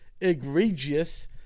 egregious